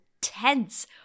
tense